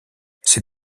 ces